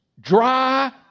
dry